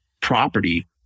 property –